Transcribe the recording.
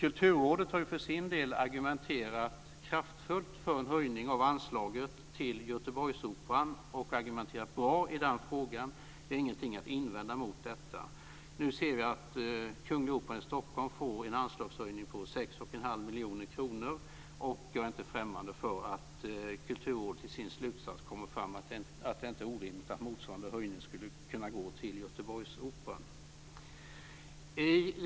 Kulturrådet har för sin del argumenterat kraftfullt för en höjning av anslaget till Göteborgsoperan och argumenterat bra i den frågan. Det finns ingenting att invända mot detta. Jag är inte främmande för att Kulturrådet i sin slutsats kommer fram till att det inte är orimligt att motsvarande höjning skulle kunna gå till Göteborgsoperan.